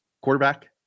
quarterback